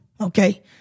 okay